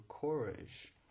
courage